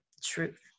truth